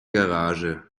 garage